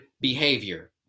behavior